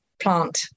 plant